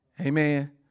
amen